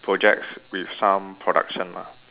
projects with some production lah